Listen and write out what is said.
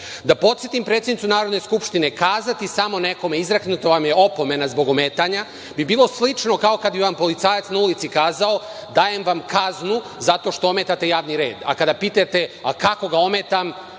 podsetim predsednicu Narodne skupštine, kazati samo nekome – izreknuta vam je opomena zbog ometa bi bilo slično kao kada bi vam policajac na ulici kazao – dajem vam kaznu zato što ometate javni red, a kada pitanje – a, kako ga ometam,